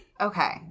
Okay